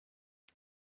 uru